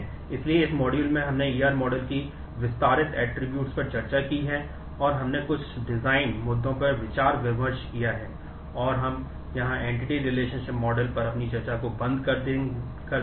इसलिए इस मॉड्यूल में हमने E R मॉडल पर चर्चा करेंगे